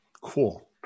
cool